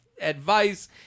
advice